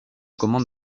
commande